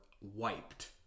wiped